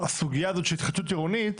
הסוגיה הזו של התחדשות עירונית,